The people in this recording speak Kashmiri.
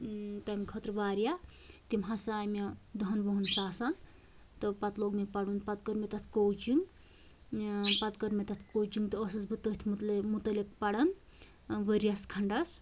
تَمہِ خٲطرٕ واریاہ تِم ہسا آے مےٚ دہَن وُہَن ساسَن پَتہٕ لوٚگ مےٚ پَرُن پَتہٕ کٔر مےٚ تَتھ کوچِنگ پَتہٕ کٔر مےٚ تَتھ کوچِنگ تہٕ ٲسٕس بہٕ تٔتھۍ مُتعلِق پَران ؤریَس کھنڈَس